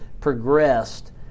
progressed